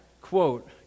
quote